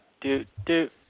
Do-do